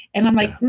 and i'm like,